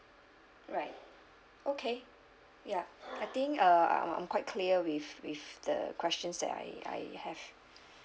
right okay ya I think uh I'm I'm quite clear with with the questions that I I have